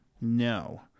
No